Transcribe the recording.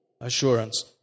assurance